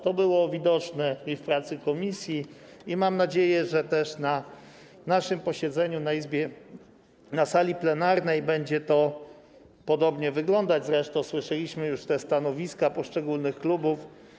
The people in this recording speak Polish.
To było widoczne w pracy komisji i mam nadzieję, że też na naszym posiedzeniu w Izbie, na sali plenarnej, będzie to podobnie wyglądać, zresztą słyszeliśmy już te stanowiska poszczególnych klubów.